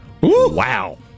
Wow